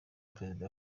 perezida